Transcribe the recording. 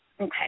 Okay